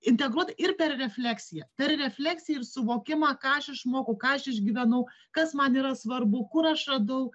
integruota ir per refleksiją per refleksiją ir suvokimą ką aš išmokau ką aš išgyvenau kas man yra svarbu kur aš radau